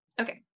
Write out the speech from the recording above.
Okay